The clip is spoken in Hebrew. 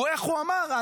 איך הוא אמר?